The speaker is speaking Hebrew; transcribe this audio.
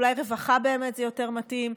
אולי לרווחה זה יותר מתאים,